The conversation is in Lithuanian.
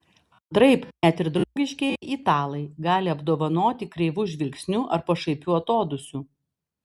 antraip net ir draugiškieji italai gali apdovanoti kreivu žvilgsniu ar pašaipiu atodūsiu